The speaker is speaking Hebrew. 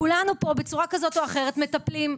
כולנו פה בצורה כזאת או אחרת מטפלים,